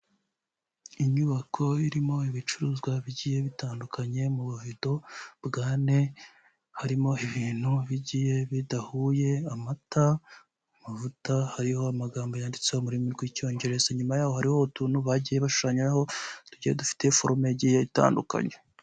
Inyubako irimo ibicuruzwa bigiye bitandukanye mu buvido bw'ane harimo ibintu bigiye bidahuye amata, amavuta hariho amagambo yanditse ururimi rw'icyongereza, nyuma yaho hariho utuntu bagiye bashushanyaho tugiye dufite forume igiye itandukanya.